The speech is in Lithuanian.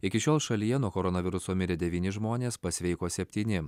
iki šiol šalyje nuo koronaviruso mirė devyni žmonės pasveiko septyni